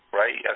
right